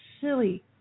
silly